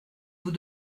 vous